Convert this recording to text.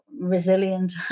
resilient